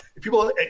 People